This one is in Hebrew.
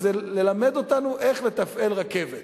וזה ללמד אותנו איך לתפעל רכבת.